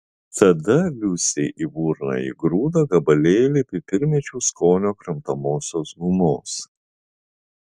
tada liusei į burną įgrūdo gabalėlį pipirmėčių skonio kramtomosios gumos